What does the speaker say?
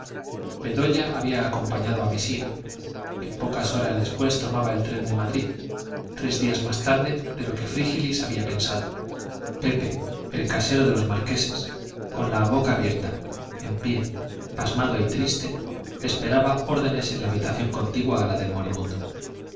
bedoya había acompañado a mesía que pocas horas después tomaba el tren de madrid tres días más tarde de lo que frígilis había pensado pepe el casero de los marqueses con la boca abierta en pie pasmado y triste esperaba órdenes en la habitación contigua a la del moribundo